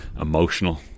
emotional